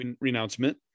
renouncement